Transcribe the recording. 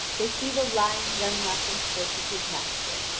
they see the lion running up in search of his master.